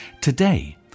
Today